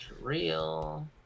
real